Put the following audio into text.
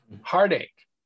heartache